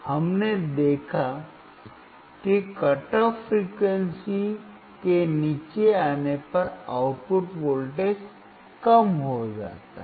हमने देखा कि कट ऑफ फ्रीक्वेंसी के नीचे आने पर आउटपुट वोल्टेज कम हो जाता है